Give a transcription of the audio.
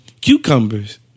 cucumbers